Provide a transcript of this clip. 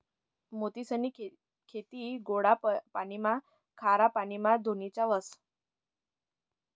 मोतीसनी खेती गोडा पाणीमा, खारा पाणीमा धोनीच्या व्हस